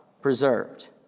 preserved